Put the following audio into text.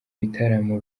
bitaramo